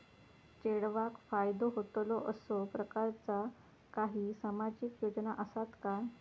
चेडवाक फायदो होतलो असो प्रकारचा काही सामाजिक योजना असात काय?